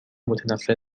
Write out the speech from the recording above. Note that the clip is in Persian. متنفر